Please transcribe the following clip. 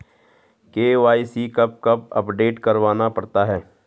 KYC कब कब update करवाना पड़ता है?